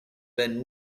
ben